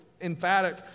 emphatic